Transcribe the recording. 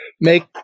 make